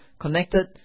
connected